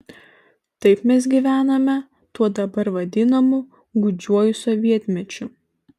taip mes gyvenome tuo dabar vadinamu gūdžiuoju sovietmečiu